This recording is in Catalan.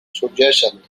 sorgeixen